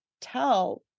tell